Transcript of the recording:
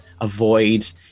avoid